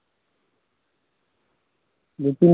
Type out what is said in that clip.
अरे अहूँ तऽ बिह अहूँ तऽ बिहारिए ने छियै